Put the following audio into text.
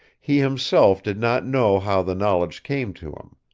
he himself did not know how the knowledge came to him.